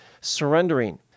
surrendering